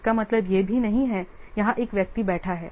इसका मतलब यह भी नहीं है यहां एक व्यक्ति बैठा है